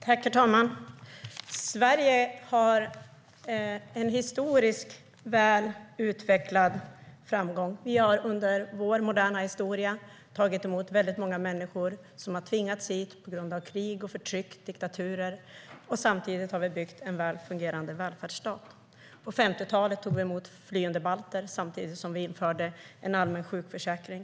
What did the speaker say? Herr talman! Sverige har haft en historiskt väl utvecklad framgång. Vi har under vår moderna historia tagit emot väldigt många människor som har tvingats hit på grund av krig, förtryck och diktaturer. Samtidigt har vi byggt en väl fungerande välfärdsstat. På 1950-talet tog vi emot flyende balter, samtidigt som vi införde en allmän sjukförsäkring.